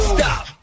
Stop